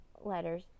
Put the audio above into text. letters